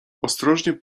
ostrożnie